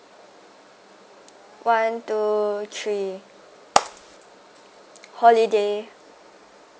one two three holiday